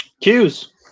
Cues